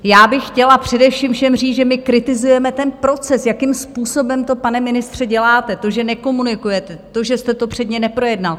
Já bych chtěla především všem říct, že my kritizujeme ten proces, jakým způsobem to, pane ministře, děláte, to, že nekomunikujete, to, že jste to předně neprojednal.